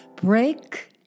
Break